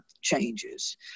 changes